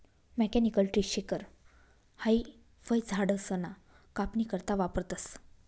mechanical tree shaker हाई फयझाडसना कापनी करता वापरतंस